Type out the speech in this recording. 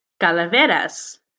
calaveras